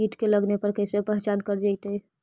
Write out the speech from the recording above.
कीट के लगने पर कैसे पहचान कर जयतय?